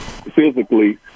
physically